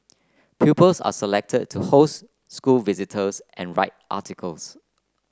pupils are selected to host school visitors and write articles